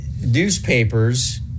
newspapers